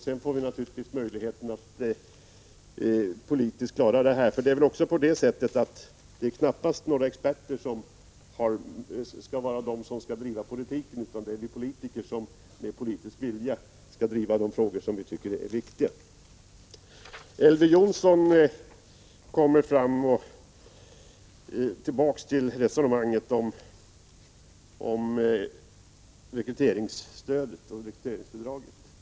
Sedan får vi naturligtvis möjlighet att politiskt behandla det hela, för det är knappast några experter som skall driva politiken, utan det är vi politiker som med politisk vilja skall driva de frågor vi tycker är viktiga. Elver Jonsson kom tillbaka till resonemanget om rekryteringsstödet och rekryteringsbidraget.